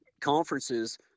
Conferences